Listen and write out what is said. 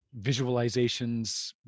visualizations